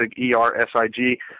E-R-S-I-G